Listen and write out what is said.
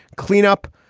clean up,